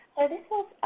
this was